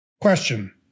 Question